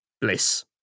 Bliss